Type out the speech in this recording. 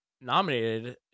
nominated